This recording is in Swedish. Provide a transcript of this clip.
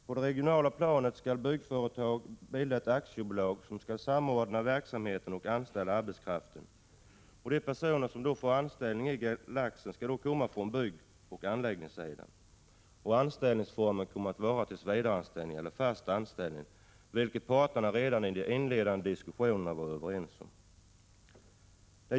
På det regionala planet skall byggföretagen bilda ett aktiebolag som skall samordna verksamheten och anställa arbetskraften. De personer som får anställning i Galaxen skall då komma från byggoch anläggningsbranschen. Anställningsformen kommer att vara tillsvidareanställning eller fast anställning, vilket parterna redan i de inledande diskussionerna var överens om.